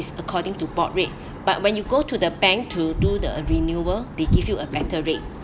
is according to board rate but when you go to the bank to do the renewal they give you a better rate